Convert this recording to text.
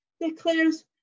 declares